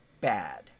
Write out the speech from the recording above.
bad